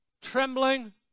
trembling